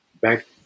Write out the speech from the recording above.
back